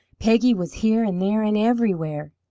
peggy was here and there and everywhere.